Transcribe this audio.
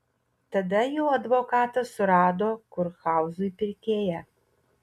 tada jo advokatas surado kurhauzui pirkėją